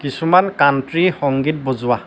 কিছুমান কাণ্ট্ৰি সংগীত বজোৱা